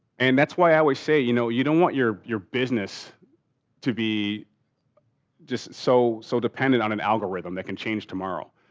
and that's why i always say, you know, you don't want your your business to be just so so dependent on an algorithm that can change tomorrow.